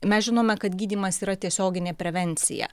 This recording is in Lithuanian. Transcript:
mes žinome kad gydymas yra tiesioginė prevencija